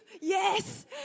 Yes